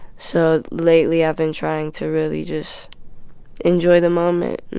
so lately i've been trying to really just enjoy the moment and